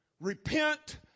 Repent